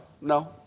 No